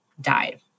died